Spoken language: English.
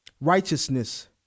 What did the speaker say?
righteousness